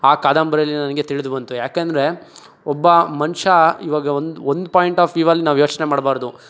ಆ ಕಾದಂಬರಿಯಲ್ಲಿ ನನಗೆ ತಿಳಿದು ಬಂತು ಏಕೆಂದ್ರೆ ಒಬ್ಬ ಮನುಷ್ಯ ಇವಾಗ ಒಂದು ಒಂದು ಪಾಯಿಂಟ್ ಆಫ್ ವೀವಲ್ಲಿ ನಾವು ಯೋಚನೆ ಮಾಡ್ಬಾರ್ದು